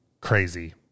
crazy